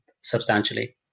substantially